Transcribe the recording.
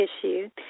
issue